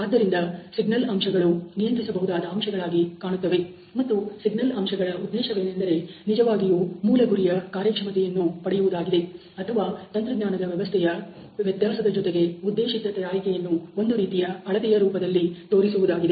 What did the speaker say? ಆದ್ದರಿಂದ ಸಿಗ್ನಲ್ ಅಂಶಗಳು ನಿಯಂತ್ರಿಸಬಹುದಾದ ಅಂಶಗಳಾಗಿ ಕಾಣುತ್ತವೆ ಮತ್ತು ಸಿಗ್ನಲ್ ಅಂಶಗಳ ಉದ್ದೇಶವೇನೆಂದರೆ ನಿಜವಾಗಿಯೂಮೂಲ ಗುರಿಯ ಕಾರ್ಯಕ್ಷಮತೆಯನ್ನು ಪಡೆಯುವುದಾಗಿದೆ ಅಥವಾ ತಂತ್ರಜ್ಞಾನದ ವ್ಯವಸ್ಥೆಯ ವ್ಯತ್ಯಾಸದ ಜೊತೆಗೆ ಉದ್ದೇಶಿತ ತಯಾರಿಕೆಯನ್ನು ಒಂದು ರೀತಿಯ ಅಳತೆಯ ರೂಪದಲ್ಲಿ ತೋರಿಸುವುದಾಗಿದೆ